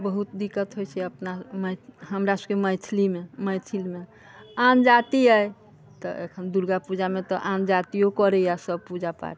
बहुत दिक्कत होइ छै अपना हमरा सभके मैथिलीमे मैथिलमे आन जाति अछि तऽ एखन दुर्गा पूजामे तऽ आन जातियो करैयै सभ पूजा पाठ